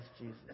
Jesus